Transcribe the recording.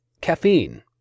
caffeine